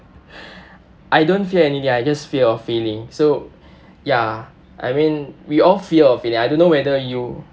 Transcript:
I don't fear anything I just fear of failing so ya I mean we all fear of it and I don't know whether you